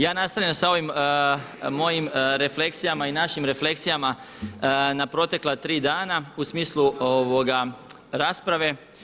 Ja nastavljam sa ovim mojim refleksijama i našim refleksijama na protekla tri dana u smislu rasprave.